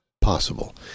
possible